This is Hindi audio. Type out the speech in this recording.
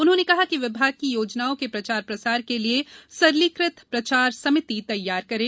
उन्होंने कहा कि विभाग की योजनाओं के प्रचार प्रसार के लिये सरलीकृत प्रचार समिति तैयार करें